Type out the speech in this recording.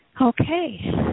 Okay